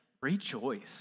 rejoice